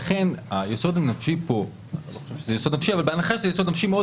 ולכן היסוד הנפשי פה הוא קל מאוד להוכחה.